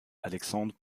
alexandre